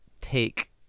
take